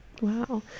Wow